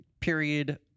period